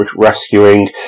rescuing